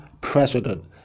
president